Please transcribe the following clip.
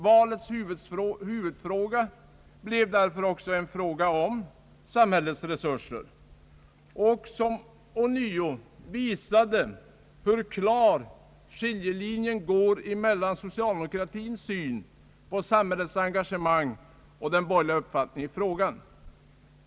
Valets huvudfråga blev därför också en fråga om samhällets resurser, som ånyo visade hur klar skiljelinjen går mellan socialdemokratins syn på samhällets engagemang och den borgerliga uppfattningen i frågan.